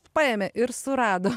paėmė ir surado